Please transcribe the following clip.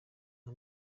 nka